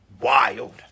Wild